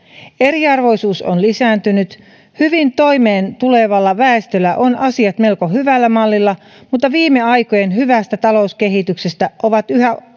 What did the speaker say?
eriarvoisuus on lisääntynyt hyvin toimeentulevalla väestöllä on asiat melko hyvällä mallilla mutta viime aikojen hyvästä talouskehityksestä ovat yhä